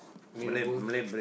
mee-rebus